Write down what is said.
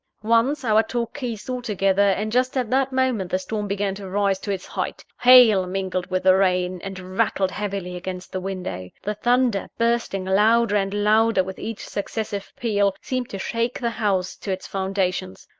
once, our talk ceased altogether and, just at that moment, the storm began to rise to its height. hail mingled with the rain, and rattled heavily against the window. the thunder, bursting louder and louder with each successive peal, seemed to shake the house to its foundations.